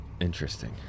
Interesting